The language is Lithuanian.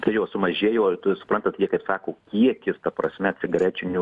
tai jo sumažėjo o tu suprantat jie kaip sako kiekis ta prasme cigarečių